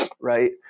right